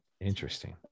interesting